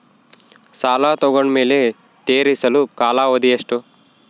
ಸಾಲ ತಗೊಂಡು ಮೇಲೆ ತೇರಿಸಲು ಕಾಲಾವಧಿ ಎಷ್ಟು?